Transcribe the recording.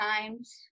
times